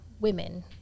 women